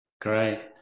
Great